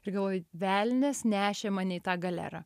ir galvoju velnias nešė mane į tą galerą